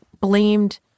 blamed